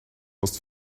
was